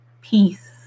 peace